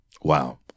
Wow